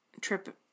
Trip